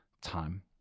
time